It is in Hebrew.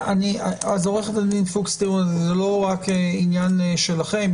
עורכת הדין פוקס, זה לא רק עניין שלכם.